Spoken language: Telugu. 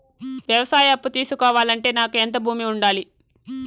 వ్యవసాయ అప్పు తీసుకోవాలంటే నాకు ఎంత భూమి ఉండాలి?